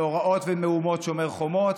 מאורעות ומהומות שומר חומות,